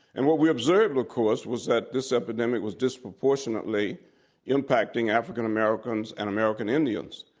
and what we observed, of course, was that this epidemic was disproportionately impacting african americans and american indians.